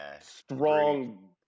strong